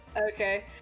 okay